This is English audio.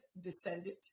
descendant